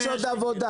יש עוד עבודה.